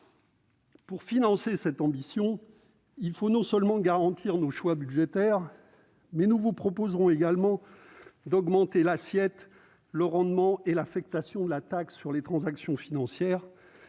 Pour financer cette ambition, il faut non seulement garantir nos choix budgétaires, mais nous vous proposerons également d'augmenter l'assiette, le rendement et l'affectation de la taxe sur les transactions financières.